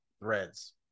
Threads